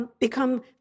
become